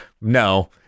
No